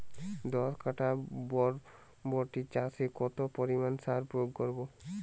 দশ কাঠা বরবটি চাষে কত পরিমাণ সার প্রয়োগ করব?